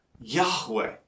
Yahweh